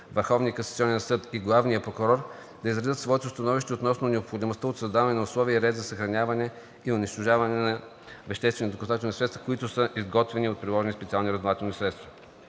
Върховният касационен съд и главният прокурор да изразят своето становище относно необходимостта от създаване на условия и ред за съхраняване и унищожаване на веществени доказателствени средства, които са изготвени от приложени специални разузнавателни средства.